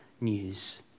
news